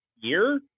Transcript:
year